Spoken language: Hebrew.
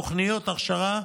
תוכניות הכשרה,